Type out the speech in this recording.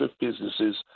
businesses